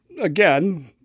again